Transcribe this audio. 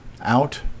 out